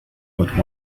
but